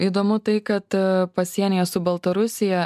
įdomu tai kad pasienyje su baltarusija